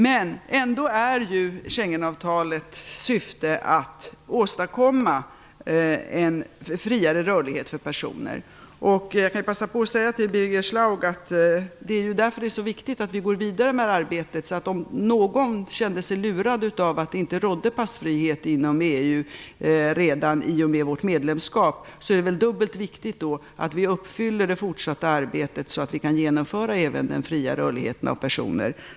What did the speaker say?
Men ändå är ju syftet med Schengenavtalet att åstadkomma en friare rörlighet för personer. Jag kan passa på att säga till Birger Schlaug att det är därför som det är så viktigt att vi går vidare med arbetet. Om någon kände sig lurad av att det inte rådde passfrihet inom EU redan i och med vårt medlemskap, är det väl dubbelt så viktigt att vi fullföljer arbetet så att vi kan genomföra även den fria rörligheten av personer.